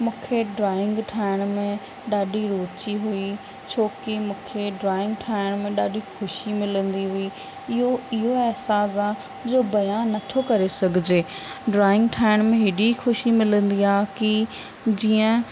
मूंखे ड्राइंग ठाहिण में ॾाढी रुची हुई छो कि मूंखे ड्राइंग ठाहिण में ॾाढी ख़ुशी मिलंदी हुई इहो इहो अहिसासु आहे जो बयान नथो करे सघिजे ड्राइंग ठाहिण में हेॾी ख़ुशी मिलंदी आहे कि जीअं